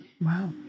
Wow